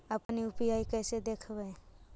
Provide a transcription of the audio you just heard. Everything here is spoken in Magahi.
अपन यु.पी.आई कैसे देखबै?